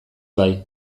bai